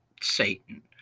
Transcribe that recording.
Satan